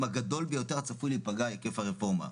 הגדול ביותר הצפוי להיפגע עקב הרפורמה.